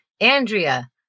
Andrea